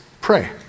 pray